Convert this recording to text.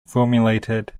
formulated